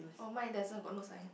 oh mine doesn't got no sign